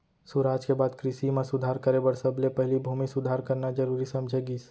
सुराज के बाद कृसि म सुधार करे बर सबले पहिली भूमि सुधार करना जरूरी समझे गिस